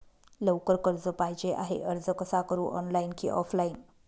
लवकर कर्ज पाहिजे आहे अर्ज कसा करु ऑनलाइन कि ऑफलाइन?